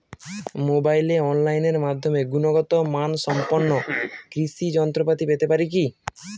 মোবাইলে অনলাইনের মাধ্যমে গুণগত মানসম্পন্ন কৃষি যন্ত্রপাতি পেতে পারি কি?